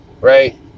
right